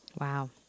wow